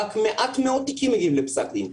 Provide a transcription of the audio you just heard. רק מעט מאוד תיקים מגיעים לפסק דין.